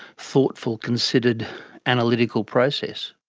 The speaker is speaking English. thoughtful, considered analytical process.